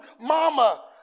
mama